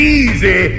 easy